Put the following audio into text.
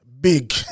big